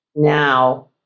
Now